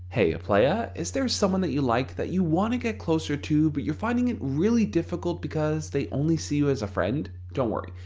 heya playa, is there someone that you like that you wanna get closer to but you find it really difficult because they only see you as a friend? don't worry,